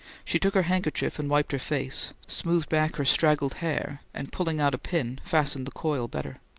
she took her handkerchief and wiped her face, smoothed back her straggled hair, and pulling out a pin, fastened the coil better.